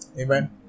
Amen